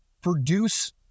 produce